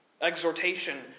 Exhortation